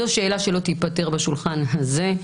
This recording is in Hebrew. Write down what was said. זו שאלה שלא תיפתר בשולחן הזה.